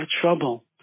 trouble